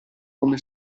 come